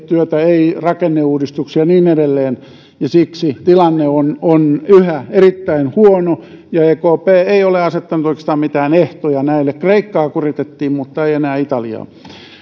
työtä ei rakenneuudistuksia ja niin edelleen ja siksi tilanne on on yhä erittäin huono ja ekp ei ole asettanut oikeastaan mitään ehtoja näille kreikkaa kuritettiin mutta ei enää italiaa